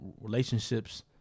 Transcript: relationships